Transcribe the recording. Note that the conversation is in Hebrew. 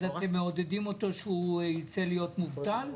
אז אתם מעודדים אותו שהוא ירצה להיות מובטל?